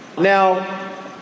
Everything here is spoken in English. Now